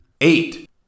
Eight